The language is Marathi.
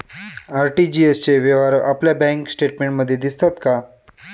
आर.टी.जी.एस चे व्यवहार आपल्या बँक स्टेटमेंटमध्ये दिसतात का?